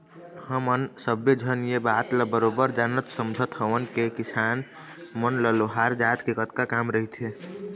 हमन सब्बे झन ये बात ल बरोबर जानत समझत हवन के किसान मन ल लोहार जात ले कतका काम रहिथे